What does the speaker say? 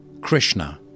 Krishna